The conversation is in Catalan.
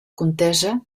contesa